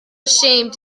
ashamed